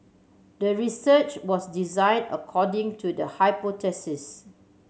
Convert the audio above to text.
the research was design according to the hypothesis